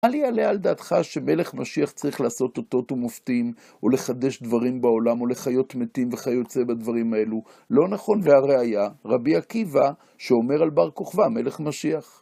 בל יעלה על דעתך, שמלך משיח צריך לעשות אותות ומופתים, או לחדש דברים בעולם, או לחיות מתים וכיוצא מהדברים האלו? לא נכון, והראיה, רבי עקיבא שאומר על בר כוכבה, מלך משיח.